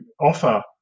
offer